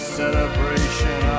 celebration